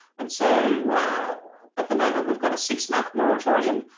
and so at the moment we've got a six month moratorium.